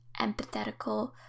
empathetical